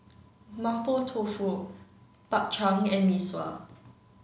Mapo Tofu Bak Chang and Mee Sua